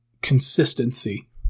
consistency